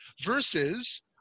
versus